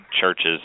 churches